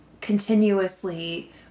continuously